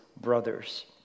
brother's